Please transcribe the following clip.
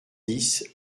dix